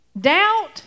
Doubt